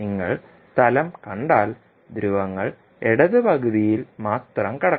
നിങ്ങൾ തലം കണ്ടാൽ ധ്രുവങ്ങൾ ഇടത് പകുതിയിൽ മാത്രം കിടക്കണം